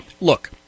Look